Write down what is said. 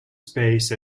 space